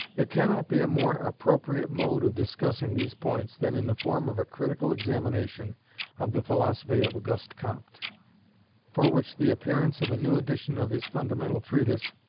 there cannot be a more appropriate mode of discussing these points than in the form of a critical examination of the philosophy of auguste comte for which the appearance of a new edition of his fundamental treatise,